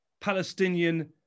Palestinian